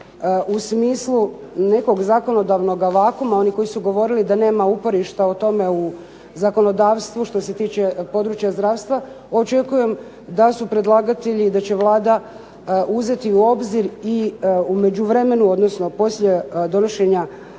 u smislu nekog zakonodavnoga vakuuma, oni koji su govorili da nema uporišta o tome u zakonodavstvu što se tiče područja zdravstva, očekujem da su predlagatelji, da će Vlada uzeti u obzir i u međuvremenu odnosno poslije donošenja